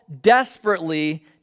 desperately